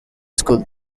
school